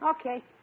Okay